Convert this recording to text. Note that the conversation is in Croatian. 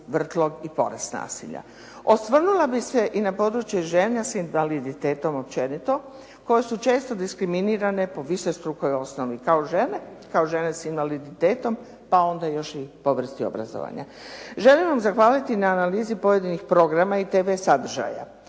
vrtlog i porast nasilja. Osvrnula bih se i na područje žena s invaliditetom općenito koje su često diskriminirane po višestrukoj osnovi, kao žene, kao žene s invaliditetom pa onda još i po vrsti obrazovanja. Želim vam zahvaliti na analizi pojedinih programa i TV sadržaja.